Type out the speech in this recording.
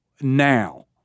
Now